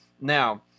Now